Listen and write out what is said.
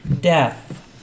death